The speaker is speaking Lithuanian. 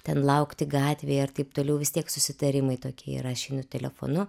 ten laukti gatvėje ir taip toliau vis tiek susitarimai tokie ir aš einu telefonu